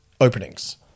openings